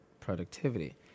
productivity